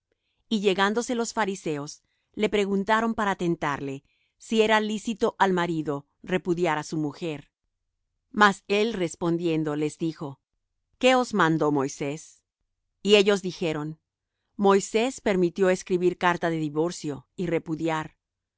y llegándose los fariseos le preguntaron para tentarle si era lícito al marido repudiar á su mujer mas él respondiendo les dijo qué os mandó moisés y ellos dijeron moisés permitió escribir carta de divorcio y repudiar